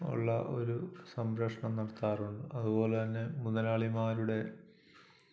ഉള്ള ഒരു സംരക്ഷണം നടത്താറുണ്ട് അതുപോലെന്നെ മുതലാളിമാരുടെ